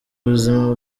ubuzima